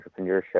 entrepreneurship